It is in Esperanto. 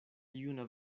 juna